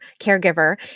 caregiver